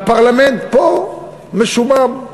והפרלמנט פה משועמם,